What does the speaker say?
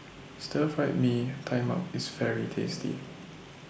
Stir Fried Mee Tai Mak IS very tasty